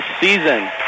season